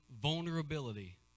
vulnerability